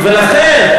ולכן,